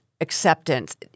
acceptance